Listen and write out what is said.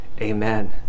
Amen